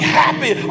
happy